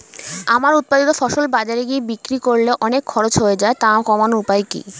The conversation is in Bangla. আমার উৎপাদিত ফসল বাজারে গিয়ে বিক্রি করলে অনেক খরচ হয়ে যায় তা কমানোর উপায় কি?